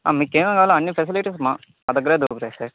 మీకేమేం కావాలో అన్ని ఫెసిలిటీస్ మా దగ్గరే దొరుకుతాయి సార్